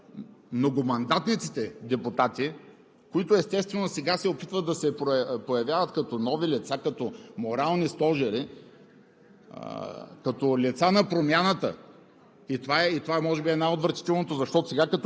Ще прочета още и още един списък, част от списъка на многомандатниците депутати, които, естествено, сега се опитват да се появяват като нови лица, като морални стожери,